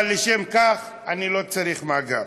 אבל לשם כך אני לא צריך מאגר.